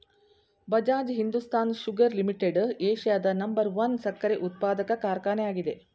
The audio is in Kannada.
ಬಜಾಜ್ ಹಿಂದುಸ್ತಾನ್ ಶುಗರ್ ಲಿಮಿಟೆಡ್ ಏಷ್ಯಾದ ನಂಬರ್ ಒನ್ ಸಕ್ಕರೆ ಉತ್ಪಾದಕ ಕಾರ್ಖಾನೆ ಆಗಿದೆ